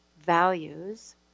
values